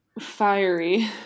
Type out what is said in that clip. fiery